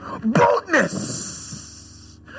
boldness